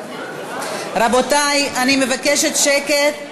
רבותי, אני מבקשת שקט,